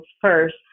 first